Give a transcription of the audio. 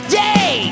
day